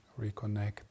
reconnect